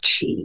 chi